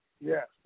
Yes